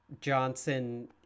johnson